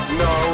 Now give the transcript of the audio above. no